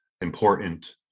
important